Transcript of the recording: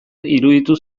iruditu